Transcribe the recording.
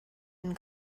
and